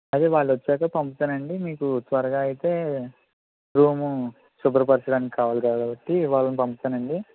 అదే వాళ్లొచ్చాక పంపుతాను అండి మీకు త్వరగా అయితే రూమ్ శుభ్రపరచడానికి కావాలి కాబట్టి వాళ్ళని పంపుతానండి